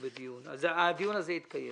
הדיון הזה יתקיים.